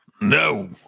No